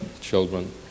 children